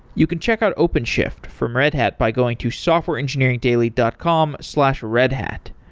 you can check out openshift from red hat by going to softwareengineeringdaily dot com slash redhat.